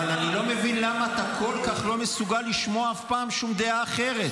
אבל אני לא מבין למה אתה כל כך לא מסוגל לשמוע אף פעם שום דעה אחרת.